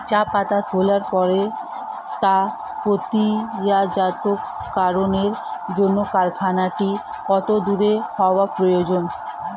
চা পাতা তোলার পরে তা প্রক্রিয়াজাতকরণের জন্য কারখানাটি কত দূর হওয়ার প্রয়োজন?